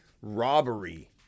robbery